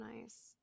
nice